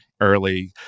early